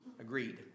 agreed